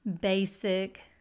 basic